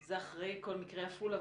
זה אחרי כל מקרי עפולה?